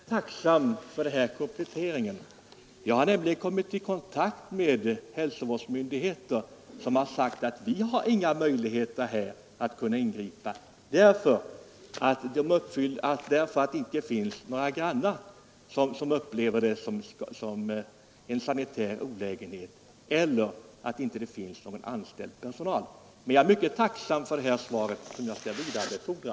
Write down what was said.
Herr talman! Jag är tacksam för denna komplettering. Jag har nämligen kommit i kontakt med hälsovårdsmyndigheter som sagt att de inte har några möjligheter att ingripa, därför att det icke finns några grannar eller någon anställd personal som upplever bullret som en sanitär olägenhet. Jag är mycket tacksam för socialministerns svar, som jag skall vidarebefordra.